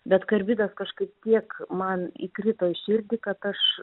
bet karbidas kažkaip tiek man įkrito į širdį kad aš